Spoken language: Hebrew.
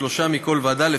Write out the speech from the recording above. יושב-ראש ועדת הכנסת, בבקשה.